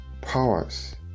Powers